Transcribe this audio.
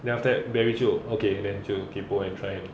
then after that barry 就 okay then 就 kaypoh and try and